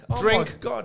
drink